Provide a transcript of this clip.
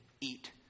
eat